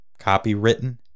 copywritten